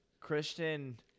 Christian